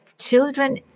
Children